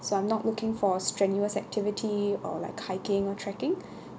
so I'm not looking for strenuous activity or like hiking or trekking